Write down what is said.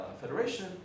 Federation